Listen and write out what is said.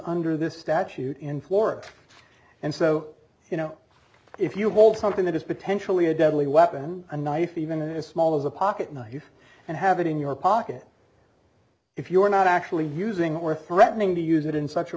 under this statute in florida and so you know if you hold something that is potentially a deadly weapon a knife even as small as a pocket knife and have it in your pocket if you are not actually using or threatening to use it in such a